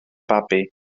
babi